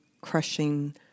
crushing